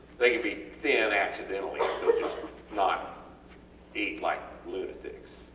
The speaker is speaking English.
they can be thin accidentally just not eat like lunatics,